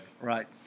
Right